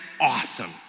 awesome